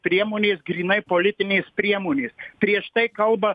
priemonės grynai politinės priemonės prieš tai kalba